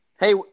Hey